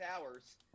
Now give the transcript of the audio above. hours